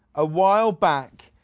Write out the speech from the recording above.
awhileback,